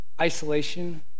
isolation